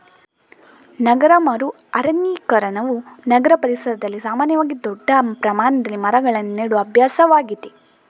ನಗರ ಮರು ಅರಣ್ಯೀಕರಣವು ನಗರ ಪರಿಸರದಲ್ಲಿ ಸಾಮಾನ್ಯವಾಗಿ ದೊಡ್ಡ ಪ್ರಮಾಣದಲ್ಲಿ ಮರಗಳನ್ನು ನೆಡುವ ಅಭ್ಯಾಸವಾಗಿದೆ